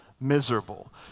miserable